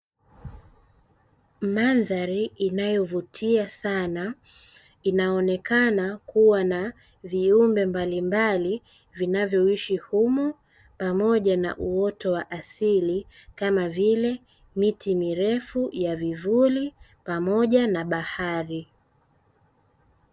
Mandhari inayovutia sana inaonekana kuwa na viumbe mbalimbali, vinavyoishi humo pamoja na uoto wa asili kama vile miti mirefu ya vivuli pamoja na bahari.